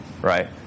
right